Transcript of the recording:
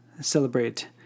celebrate